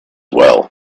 well